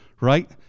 right